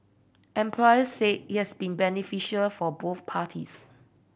employers said it has been beneficial for both parties